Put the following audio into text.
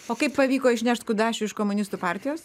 o kaip pavyko išnešt kudašių iš komunistų partijos